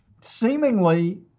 Seemingly